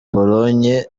pologne